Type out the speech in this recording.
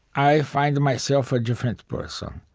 i find myself a different person.